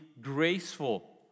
graceful